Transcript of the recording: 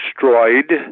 destroyed